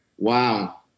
Wow